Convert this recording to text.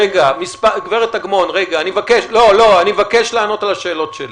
רגע, אני מבקש לענות על השאלות שלי.